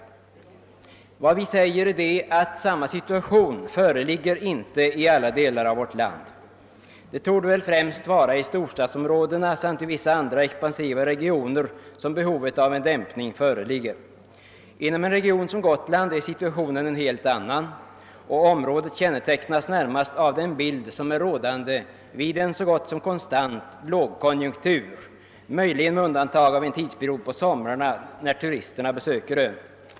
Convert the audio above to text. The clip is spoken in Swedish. Vad vi säger är att samma situation inte föreligger i alla delar av vårt land. Det torde främst vara i storstadsområdena samt i andra expansiva regioner som behov av en dämpning föreligger. Inom en region som Gotland är situationen en helt annan — området kännetecknas närmast av de förhållanden som är rådande vid en så gott som konstant lågkonjunktur, möjligen med undantag av en tidsperiod på somrarna, när turisterna besöker ön.